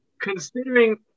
considering